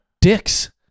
dicks